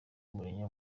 mourinho